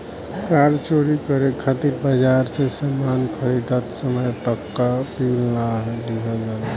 कार चोरी करे खातिर बाजार से सामान खरीदत समय पाक्का बिल ना लिहल जाला